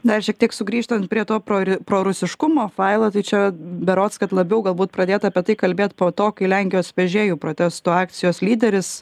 dar šiek tiek sugrįžtant prie to pro prorusiškumo failą tai čia berods kad labiau galbūt pradėta apie tai kalbėt po to kai lenkijos vežėjų protesto akcijos lyderis